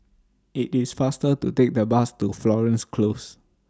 IT IS faster to Take The Bus to Florence Close